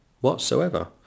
whatsoever